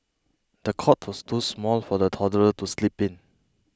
the cot was too small for the toddler to sleep in